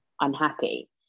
unhappy